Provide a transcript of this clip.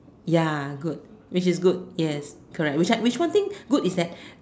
ya good which is good yes correct which I which one thing good is that